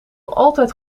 altijd